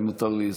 אם מותר לי,